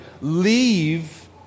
leave